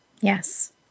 Yes